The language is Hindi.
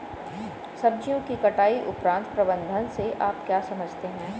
सब्जियों की कटाई उपरांत प्रबंधन से आप क्या समझते हैं?